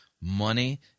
money